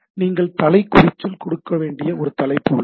நீங்கள் தலை குறிச்சொல் கொடுக்கக்கூடிய ஒரு தலைப்பு உள்ளது